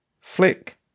Flick